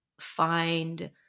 find